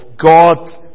god's